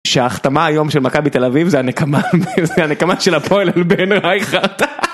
שההחתמה היום של מכבי תל אביב זה הנקמה של הפועל על בן רייכרד.